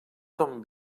ton